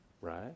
right